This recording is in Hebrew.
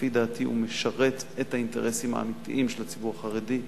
ולפי דעתי הוא משרת את האינטרסים האמיתיים של הציבור החרדי,